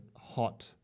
hot